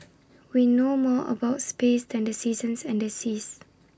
we know more about space than the seasons and the seas